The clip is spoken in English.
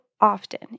often